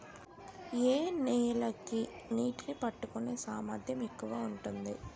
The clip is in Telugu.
ఏ నేల కి నీటినీ పట్టుకునే సామర్థ్యం ఎక్కువ ఉంటుంది?